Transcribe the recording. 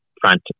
front